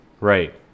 Right